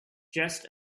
just